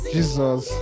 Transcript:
Jesus